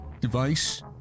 device